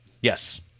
Yes